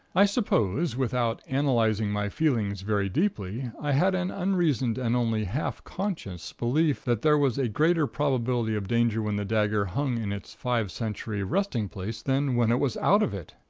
i suppose, without analyzing my feelings very deeply, i had an unreasoned and only half-conscious belief that there was a greater probability of danger when the dagger hung in its five century resting place than when it was out of it!